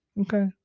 Okay